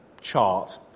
chart